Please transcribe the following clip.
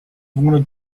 wanted